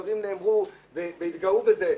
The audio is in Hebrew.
והתגאו בזה,